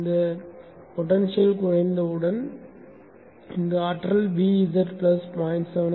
இந்த பொடென்ஷியல் குறைந்தவுடன் இந்த ஆற்றல் Vz 0